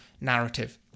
narrative